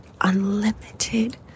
unlimited